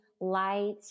light